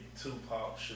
Tupac